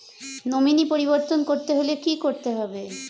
Nominee পরিবর্তন করতে হলে কী করতে হবে?